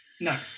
No